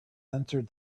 entered